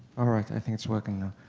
all right, i think it's working ah